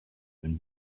been